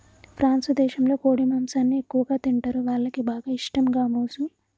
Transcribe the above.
France దేశంలో కోడి మాంసాన్ని ఎక్కువగా తింటరు, వాళ్లకి బాగా ఇష్టం గామోసు